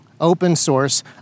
open-source